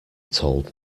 told